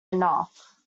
enough